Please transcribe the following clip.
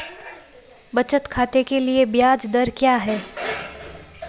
बचत खाते के लिए ब्याज दर क्या है?